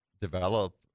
develop